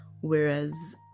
whereas